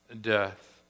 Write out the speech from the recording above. death